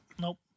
nope